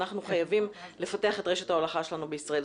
אנחנו חייבים לפתח את רשת ההולכה שלנו בישראל.